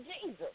Jesus